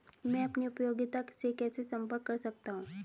मैं अपनी उपयोगिता से कैसे संपर्क कर सकता हूँ?